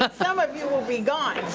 but some of you will be gone.